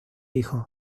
hijos